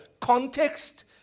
context